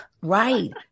right